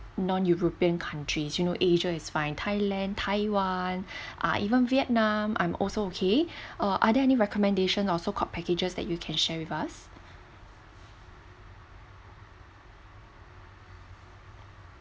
non european countries you know asia is fine thailand taiwan ah even vietnam I'm also okay uh are there any recommendation or so called packages that you can share with us